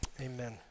amen